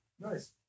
Nice